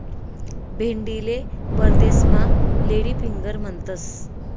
भेंडीले परदेसमा lady finger म्हणतंस